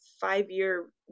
five-year